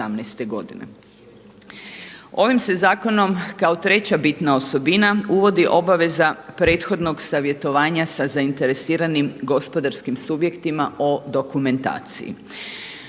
Ovim se zakonom kao treća bitna osobina uvodi obaveza prethodnog savjetovanja sa zainteresiranim gospodarskim subjektima o dokumentaciji.